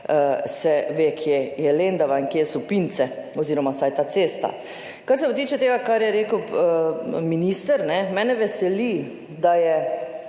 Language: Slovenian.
se ve, kje je Lendava in kje so Pince oziroma vsaj ta cesta. Kar se pa tiče tega, kar je rekel minister, mene veseli, da je